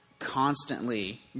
constantly